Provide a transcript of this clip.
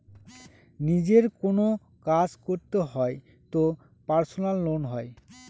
নিজের কোনো কাজ করতে হয় তো পার্সোনাল লোন হয়